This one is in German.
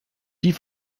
die